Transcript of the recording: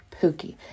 Pookie